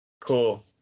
Cool